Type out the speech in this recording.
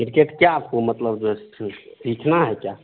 cricket क्या आपको मतलब सीखना है क्या